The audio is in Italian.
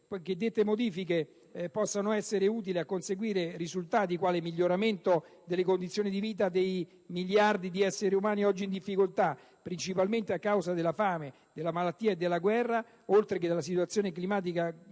che dette modifiche possano essere utili a conseguire risultati quali il miglioramento delle condizioni di vita di miliardi di esseri umani oggi in difficoltà, principalmente a causa della fame, della malattia e della guerra, oltre che della situazione climatica globale,